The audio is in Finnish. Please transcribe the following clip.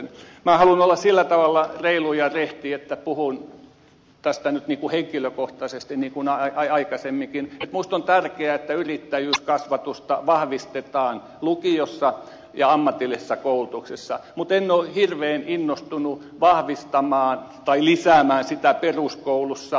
minä haluan olla sillä tavalla reilu ja rehti että puhun tästä nyt henkilökohtaisesti niin kuin aikaisemminkin että minusta on tärkeää että yrittäjyyskasvatusta vahvistetaan lukiossa ja ammatillisessa koulutuksessa mutta en ole hirveän innostunut vahvistamaan tai lisäämään sitä peruskoulussa